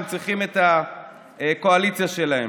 הם צריכים את הקואליציה שלהם.